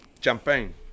Champagne